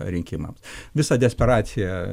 rinkimams visa desperacija